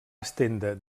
estendre